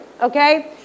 okay